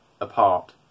apart